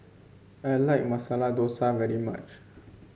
I like Masala Dosa very much